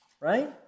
right